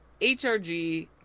HRG